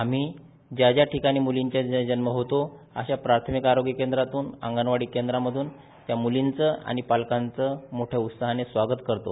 आम्ही ज्या ज्या ठिकाणी मूलींचा जन्म होतो अशा प्राथमिक आरोग्य केंद्रातून अंगणवाडी केंद्रामधून त्या मुलींचं आणि पालकांचं मोठ्या उत्साहाने स्वागत करतो